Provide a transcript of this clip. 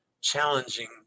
challenging